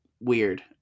weird